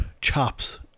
chops